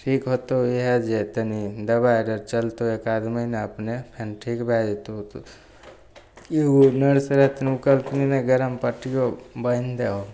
ठीक होतौ इएह जे तनि दवाइ आओर चलतौ एक आध महिना अपने फेर ठीक भै जएतौ एगो नर्स रहथिन ओ कहलखिन गरम पट्टिओ बान्हि दहो